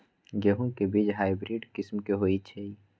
गेंहू के बीज हाइब्रिड किस्म के होई छई?